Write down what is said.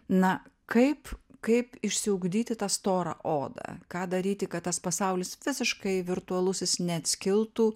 na kaip kaip išsiugdyti tą storą odą ką daryti kad tas pasaulis visiškai virtualusis neatskiltų